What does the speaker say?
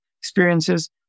experiences